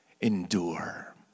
endure